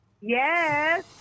Yes